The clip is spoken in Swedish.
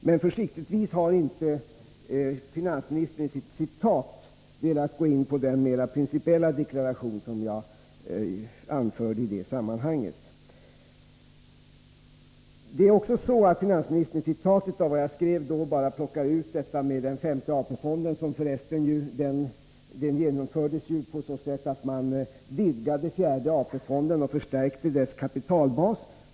Men försiktigtvis har inte finansministern i sitt citat velat gå in på den mera principiella deklaration som jag gjorde i det sammanhanget. Det är också så att finansministern i sitt citat av vad jag skrev då bara plockar ut detta med den femte AP-fonden, som förresten genomfördes på så sätt att man vidgade den fjärde AP-fonden och förstärkte dess kapitalbas.